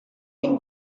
been